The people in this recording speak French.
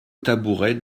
tabouret